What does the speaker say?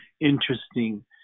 interesting